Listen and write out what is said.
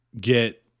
get